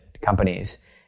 companies